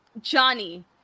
Johnny